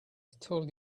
told